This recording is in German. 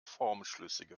formschlüssige